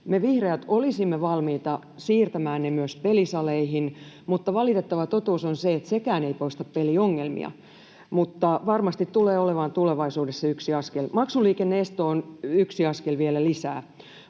Me vihreät olisimme valmiita myös siirtämään ne pelisaleihin, mutta valitettava totuus on se, että sekään ei poista peliongelmia mutta varmasti tulee olemaan tulevaisuudessa yksi askel. Maksuliikenne-esto on yksi askel vielä lisää.